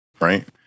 right